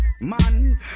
Man